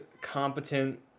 competent